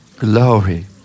glory